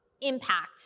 impact